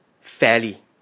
fairly